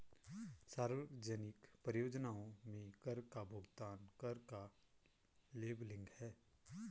सार्वजनिक परियोजनाओं में कर का भुगतान कर का लेबलिंग है